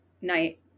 night